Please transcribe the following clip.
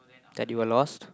that you were lost